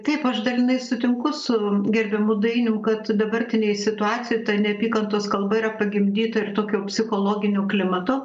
taip aš dalinai sutinku su gerbiamu dainium kad dabartinėj situacijoj ta neapykantos kalba yra pagimdyta ir tokio psichologinio klimato